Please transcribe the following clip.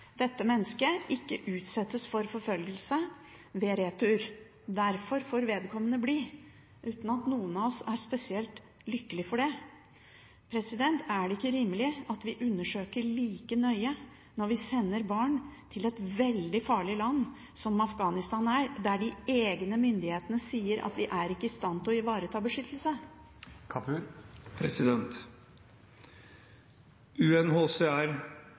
dette mennesket ikke utsettes for forfølgelse ved retur. Derfor får vedkommende bli, uten at noen av oss er spesielt lykkelig for det. Er det ikke rimelig at vi undersøker like nøye når vi sender barn til et veldig farlig land, som Afghanistan er, der egne myndigheter sier at de ikke er i stand til å ivareta beskyttelse?